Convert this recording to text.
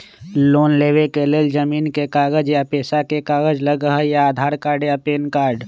Loan लेवेके लेल जमीन के कागज या पेशा के कागज लगहई या आधार कार्ड या पेन कार्ड?